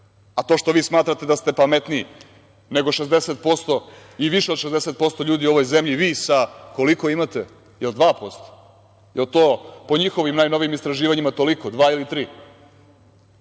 A to što vi smatrate da ste pametniji nego 60% i više od 60% ljudi u ovoj zemlji, i vi sa, koliko imate, je li 2%, je li to po njihovim najnovijim istraživanja toliko, 2% ili 3%?